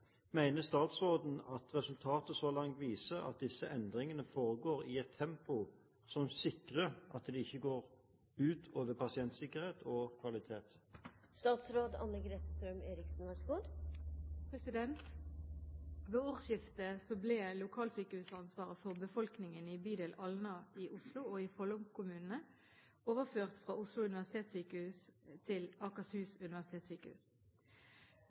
statsråden at resultatene så langt viser at disse endringene foregår i et tempo som sikrer at det ikke går ut over pasientsikkerhet og kvalitet?» Ved årsskiftet ble lokalsykehusansvaret for befolkningen i bydel Alna i Oslo og i Follo-kommunene overført fra Oslo universitetssykehus til Akershus universitetssykehus.